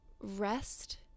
rest